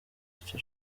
icyo